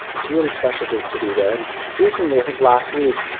it's really special to to be there. and recently, i think last week,